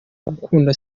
gukunda